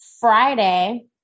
friday